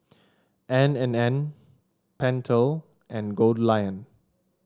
N and N Pentel and Goldlion